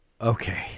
Okay